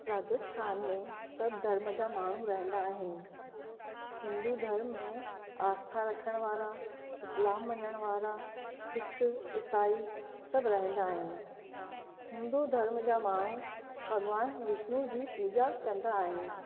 राजस्थान में सभु धर्म जा माण्हू रहंदा आहिनि हिंदू धर्म में आस्था रखण वारा इस्लाम मञण वारा सिख ईसाई सभु रहंदा आहिनि हिंदू धर्म जा माण्हू भॻवानु विष्नु जी पूॼा कंदा आहिनि